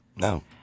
No